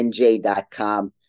NJ.com